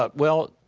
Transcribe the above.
but well,